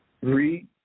Three